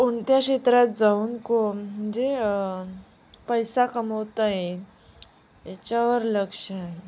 कोणत्या क्षेत्रात जाऊन कोण म्हणजे पैसा कमवता येईल याच्यावर लक्ष आहे